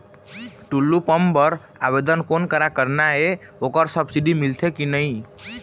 Tullu pump बर आवेदन कोन करा करना ये ओकर सब्सिडी मिलथे की नई?